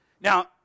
Now